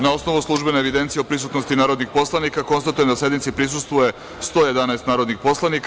Na osnovu službene evidencije o prisutnosti narodnih poslanika, konstatujem da sednici prisustvuje 111 narodnih poslanika.